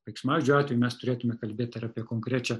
veiksmažodių atveju mes turėtume kalbėti ir apie konkrečią